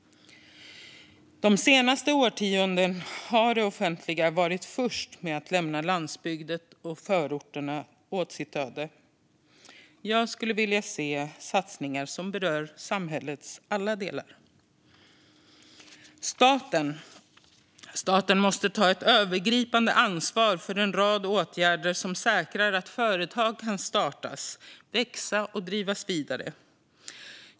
De senaste årtiondena har det offentliga varit först med att lämna landsbygden och förorterna åt deras öde. Jag skulle vilja se satsningar som berör samhällets alla delar. Staten måste ta ett övergripande ansvar för en rad åtgärder som säkrar att företag kan startas, växa och drivas vidare.